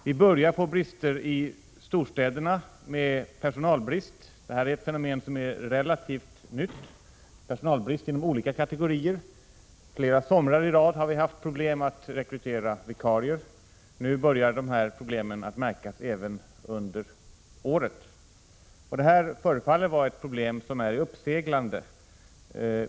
Vi börjar för det andra också i storstäderna få personalbrist inom olika kategorier — ett relativt nytt fenomen —. Flera somrar i rad har vi haft svårt att rekrytera vikarier. Nu börjar svårigheterna att märkas även under andra delar av året. Detta förefaller vara ett problem i uppseglande.